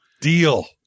Deal